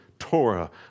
Torah